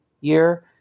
year